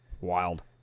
Wild